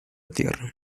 tierra